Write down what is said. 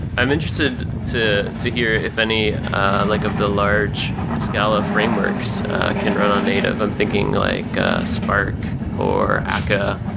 i'm interested to to hear if any ah like of the large scala frameworks can run on native. i'm thinking like spark or. and